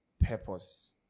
purpose